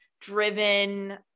driven